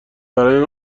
برای